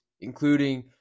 including